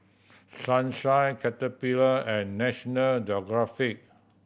Sunshine Caterpillar and National Geographic